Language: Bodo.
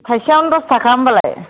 थाइसेयावनो दस थाखा होमबालाय